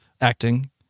acting